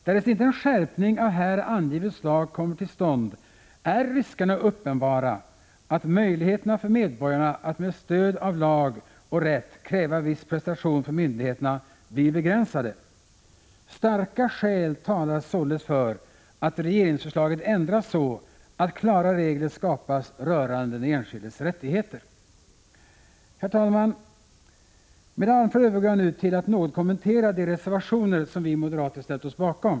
Därest inte en skärpning av här angivet slag kommer till stånd, är riskerna uppenbara att möjligheterna för medborgarna att med stöd av lag och rätt kräva en viss prestation från myndigheterna blir begränsade. Starka skäl talar således för att regeringsförslaget ändras, så att klara regler skapas rörande den enskildes rättigheter. Herr talman! Med det anförda övergår jag nu till att något kommentera de reservationer som vi moderater har ställt oss bakom.